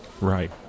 Right